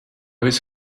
his